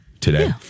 today